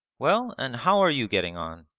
well, and how are you getting on?